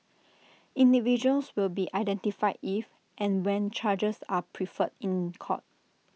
individuals will be identified if and when charges are preferred in court